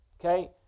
okay